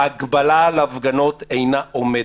ההגבלה על הפגנות אינה עומדת.